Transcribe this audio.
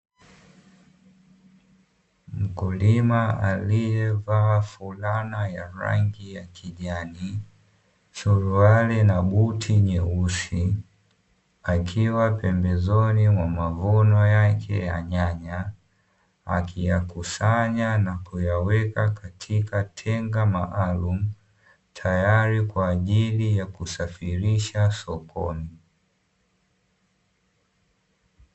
Mkulima alievaa fulana ya rangi ya kijani, suruali na buti nyeusi, akiwa pembezoni mwa mavuno yake ya nyanya, akiyakusanya na kuyaweka katika tenga maalumu tayari kwajili ya kusafirisha sokoni.